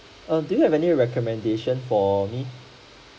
err do you have any recommendation for me